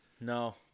No